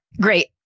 Great